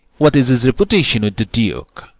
what is his reputation with the duke?